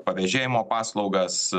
pavėžėjimo paslaugas